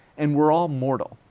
and we're all mortal.